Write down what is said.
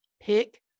Pick